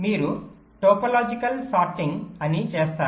మీరు మొదట topological sorting అని చేస్తారు